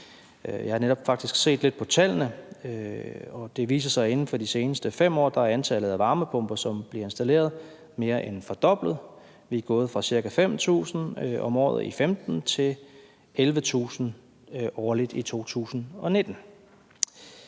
faktisk netop set lidt på tallene, og det viser sig, at inden for de seneste 5 år er antallet af varmepumper, der bliver installeret, mere end fordoblet. Vi er gået fra ca. 5.000 om året i 2015 til 11.000 om året i 2019.